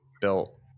built